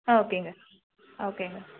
ஆ ஓகேங்க ஓகேங்க